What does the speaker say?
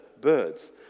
birds